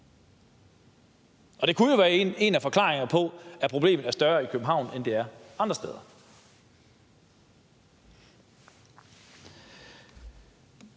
Og det kunne jo være en af forklaringerne på, at problemet er større i København, end det er andre steder.